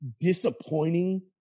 disappointing